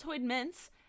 mints